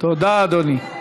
תודה, אדוני.